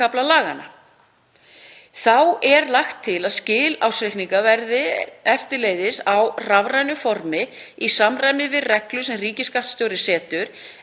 Þá er lagt til að skil ársreikninga verði eftirleiðis á rafrænu formi í samræmi við reglur sem ríkisskattstjóri setur,